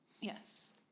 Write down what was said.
Yes